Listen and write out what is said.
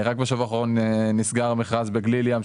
רק בשבוע האחרון נסגר מכרז בגליל ים,